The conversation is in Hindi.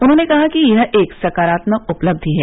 उन्होंने कहा कि यह एक सकारात्मक उपलब्धि है